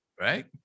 right